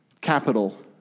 capital